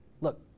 look